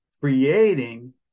creating